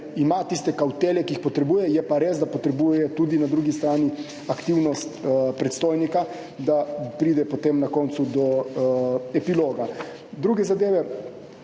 ima tiste kavtele, ki jih potrebuje. Je pa res, da potrebuje na drugi strani tudi aktivnost predstojnika, da pride potem na koncu do epiloga. Druge zadeve,